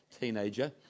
teenager